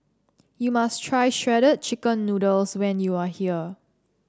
you must try Shredded Chicken Noodles when you are here